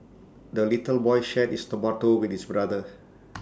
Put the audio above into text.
the little boy shared his tomato with his brother